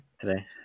today